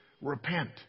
Repent